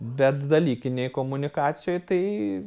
bet dalykinėj komunikacijoj tai